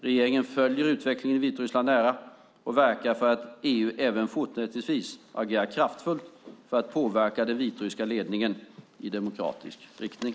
Regeringen följer utvecklingen i Vitryssland nära och verkar för att EU även fortsättningsvis agerar kraftfullt för att påverka den vitryska ledningen i demokratisk riktning.